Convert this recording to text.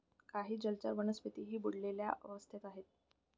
काही जलचर वनस्पतीही बुडलेल्या अवस्थेत आहेत